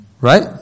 Right